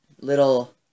little